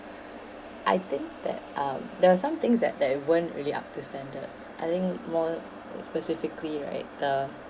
I think that um there were some things that that weren't really up to standard I think more specifically right the